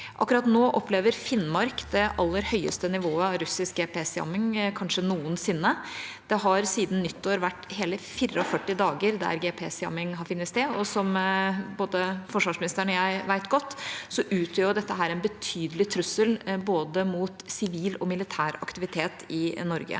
Akkurat nå opplever Finnmark det aller høyeste nivået av russisk GPS-jamming, kanskje det høyeste nivået noensinne. Det har siden nyttår vært hele 44 dager der GPS-jamming har funnet sted, og som både forsvarsministeren og jeg godt vet, utgjør dette en betydelig trussel mot både sivil og militær aktivitet i Norge.